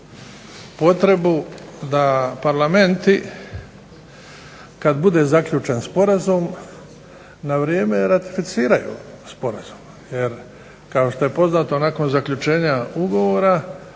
potrebu da parlamenti kada bude zaključen sporazum na vrijeme ratificiraju sporazum. Jer kao što je poznato nakon zaključenja ugovora